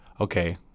okay